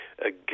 again